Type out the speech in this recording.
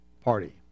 party